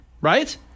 Right